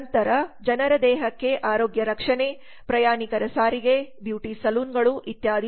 ನಂತರ ಜನರ ದೇಹಕ್ಕೆ ಆರೋಗ್ಯ ರಕ್ಷಣೆ ಪ್ರಯಾಣಿಕರ ಸಾರಿಗೆ ಬ್ಯೂಟಿ ಸಲೂನ್ಗಳು ಇತ್ಯಾದಿ